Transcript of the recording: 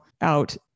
out